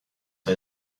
for